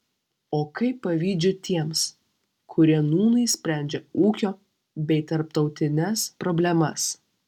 o kaip pavydžiu tiems kurie nūnai sprendžia ūkio bei tarptautines problemas